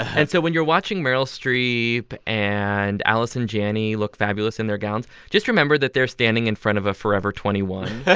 and so when you're watching meryl streep and allison janney look fabulous in their gowns, just remember that they're standing in front of a forever twenty one. yeah